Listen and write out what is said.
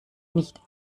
nicht